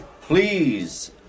please